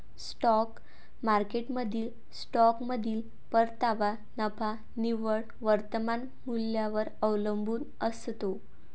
stock मार्केटमधील स्टॉकमधील परतावा नफा निव्वळ वर्तमान मूल्यावर अवलंबून असतो